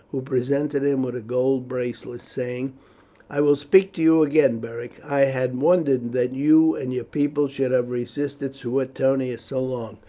who presented him with a gold bracelet, saying i will speak to you again, beric. i had wondered that you and your people should have resisted suetonius so long,